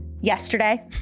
yesterday